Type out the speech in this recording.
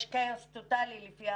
להרגשתנו יש כאוס טוטלי.